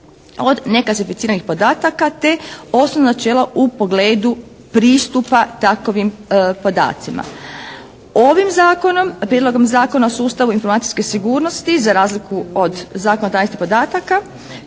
od neklasificiranih podataka te osnovna načela u pogledu pristupa takovim podacima. Ovim Zakonom, Prijedlogom Zakona o sustavu informacijske sigurnosti za razliku od Zakona o tajnosti podataka